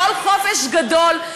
כל חופש גדול,